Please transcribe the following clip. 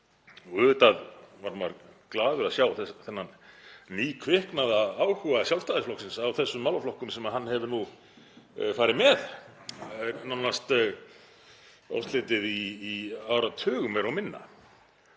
Auðvitað varð maður glaður að sjá þennan nýkviknaða áhuga Sjálfstæðisflokksins á þessum málaflokkum sem hann hefur nú farið með nánast óslitið í áratug meira og minna,